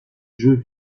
jeux